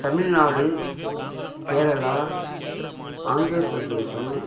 Tamil Nadu Kerala Andhra Pradesh